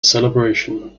celebration